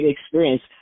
experience